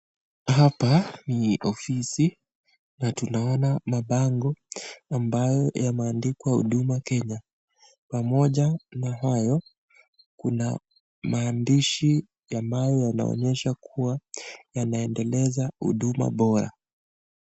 Hapa ni ofisi na tunaona mabango ambayo yameandikwa huduma Kenya, pamoja na hayo kuna maandishi ambayo yanaonyesha kuwa yanaendeleza huduma bora.